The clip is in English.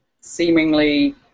seemingly